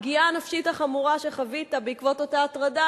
הפגיעה הנפשית החמורה שחווית בעקבות אותה הטרדה,